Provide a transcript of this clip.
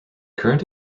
current